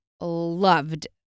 loved